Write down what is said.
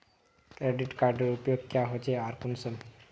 Credit कार्डेर उपयोग क्याँ होचे आर कुंसम?